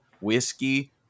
whiskey